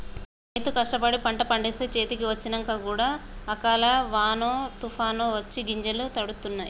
రైతు కష్టపడి పంట పండిస్తే చేతికి వచ్చినంక కూడా అకాల వానో తుఫానొ వచ్చి గింజలు తడుస్తాయ్